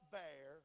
bear